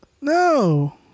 No